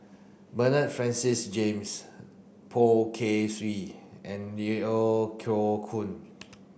Bernard Francis James Poh Kay Swee and Yeo O Koe Koon